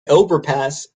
overpass